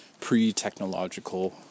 pre-technological